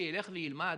שילך וילמד,